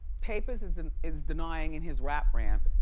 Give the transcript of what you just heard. papers is and is denying in his rap rant,